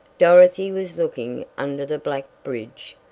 dorothy was looking under the black bridge.